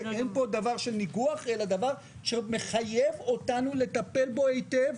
אין פה דבר של ניגוח אלא דבר שמחייב אותנו לטפל בו היטב,